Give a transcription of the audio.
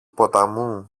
ποταμού